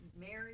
married